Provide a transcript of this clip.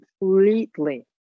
completely